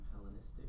Hellenistic